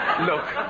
Look